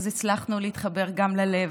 הצלחנו להתחבר גם ללב.